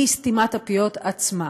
היא סתימת הפיות עצמה.